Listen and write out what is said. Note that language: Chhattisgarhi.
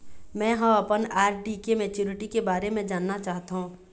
में ह अपन आर.डी के मैच्युरिटी के बारे में जानना चाहथों